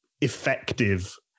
effective